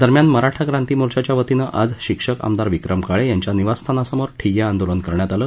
दरम्यान मराठा क्रांती मोर्चाच्या वतीनं आज शिक्षक आमदार विक्रम काळे यांच्या निवासस्थानासमोर ठिय्या आंदोलन करण्यात आलं